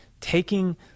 taking